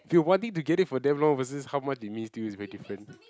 okay wanting to get it for damn long versus how much it means to you is very different